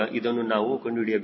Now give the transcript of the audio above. ಇದನ್ನು ನಾನು ಕಂಡುಹಿಡಿಯಬೇಕು